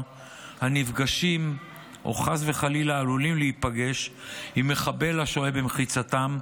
הנפגשים או חס וחלילה עלולים להיפגש עם מחבל השוהה במחיצתם,